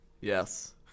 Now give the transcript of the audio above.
Yes